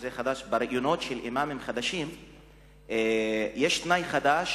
בראיונות של אימאמים חדשים יש תנאי חדש,